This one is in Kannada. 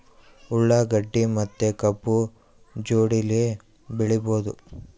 ಉಳ್ಳಾಗಡ್ಡಿ ಮತ್ತೆ ಕಬ್ಬು ಜೋಡಿಲೆ ಬೆಳಿ ಬಹುದಾ?